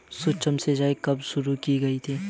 सूक्ष्म सिंचाई कब शुरू की गई थी?